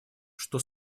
что